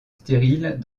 stériles